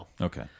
Okay